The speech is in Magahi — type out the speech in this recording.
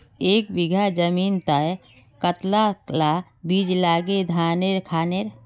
एक बीघा जमीन तय कतला ला बीज लागे धानेर खानेर?